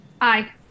Aye